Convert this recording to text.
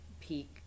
peak